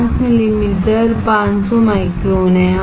05 millimetre 500 micron है